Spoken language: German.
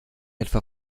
etwa